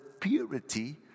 purity